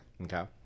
Okay